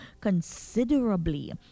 considerably